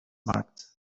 marked